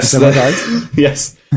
Yes